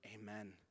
Amen